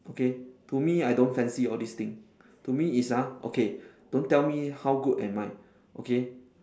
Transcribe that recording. okay to me I don't fancy all these thing to me is ah okay don't tell me how good am I okay